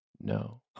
no